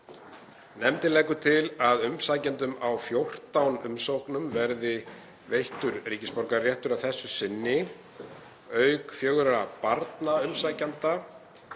Nefndin leggur til að umsækjendum á 14 umsóknum verði veittur ríkisborgararéttur að þessu sinni. Auk fjögurra barna umsækjenda